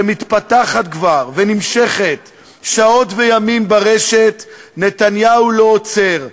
שמתפתחת ונמשכת שעות וימים ברשת, נתניהו לא עוצר.